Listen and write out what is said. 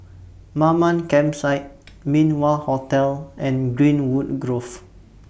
Mamam Campsite Min Wah Hotel and Greenwood Grove